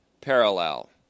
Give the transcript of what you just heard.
parallel